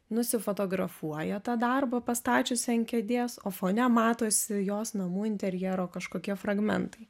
nusifotografuoja tą darbą pastačiusi ant kėdės o fone matosi jos namų interjero kažkokie fragmentai